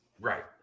Right